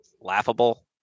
laughable